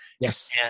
Yes